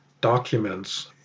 documents